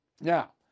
Now